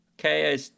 Okay